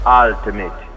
ultimate